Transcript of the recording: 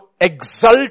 exult